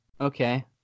Okay